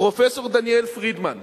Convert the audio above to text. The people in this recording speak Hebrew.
פרופסור דניאל פרידמן.